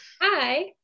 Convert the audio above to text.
Hi